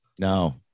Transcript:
No